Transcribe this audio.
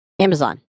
Amazon